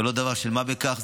זה לא דבר של מה בכך.